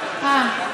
אה.